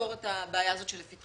לפתור את הבעיה הזאת שלפתחנו.